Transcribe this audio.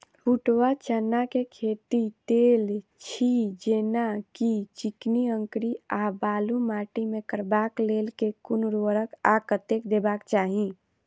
बूट वा चना केँ खेती, तेल छी जेना की चिकनी, अंकरी आ बालू माटि मे करबाक लेल केँ कुन उर्वरक आ कतेक देबाक चाहि?